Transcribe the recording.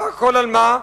והכול על מה?